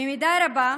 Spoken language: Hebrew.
במידה רבה,